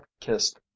kissed